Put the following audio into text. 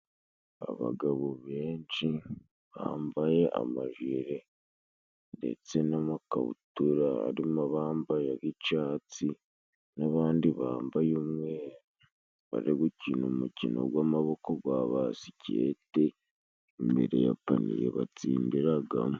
Abagabo benshi bambaye amajire ndetse n'amakabutura harimo abambaye ag'icatsi n'abandi bambaye umweru bari gukina umukino gw'amaboko gwa basikete imbere ya paniye batsindiragamo.